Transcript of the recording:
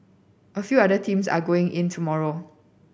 a few other teams are going in tomorrow